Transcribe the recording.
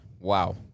wow